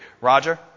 Roger